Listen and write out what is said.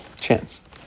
chance